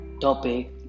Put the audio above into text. topic